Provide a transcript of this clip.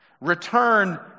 Return